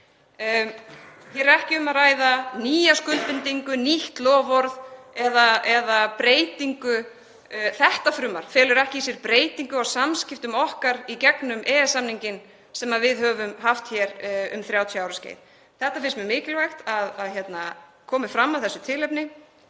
Hér er ekki um að ræða nýja skuldbindingu, nýtt loforð eða breytingu. Þetta frumvarp felur ekki í sér breytingu á samskiptum okkar í gegnum EES-samninginn sem við höfum haft um 30 ára skeið. Mér finnst mikilvægt að þetta komi fram af þessu tilefni